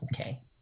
Okay